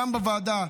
גם בוועדה,